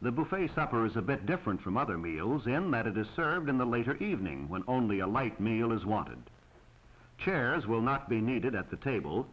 the buffet supper is a bit different from other meals and that it is served in the later evening when only a light meal is wanted chairs will not be needed at the table